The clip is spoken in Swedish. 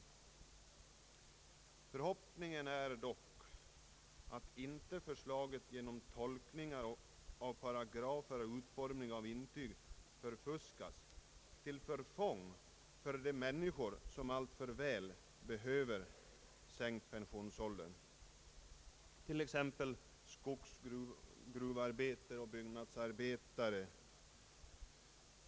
Jag hoppas dock att inte förslaget genom tolkningar av paragrafer och utformningar av intyg förfuskas till förfång för de människor som alltför väl behöver sänkt pensionsålder, t.ex. skogs-, gruvoch byggnadsarbetare.